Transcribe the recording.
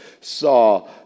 saw